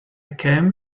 came